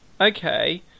Okay